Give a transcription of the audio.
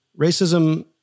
racism